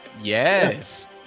yes